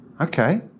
okay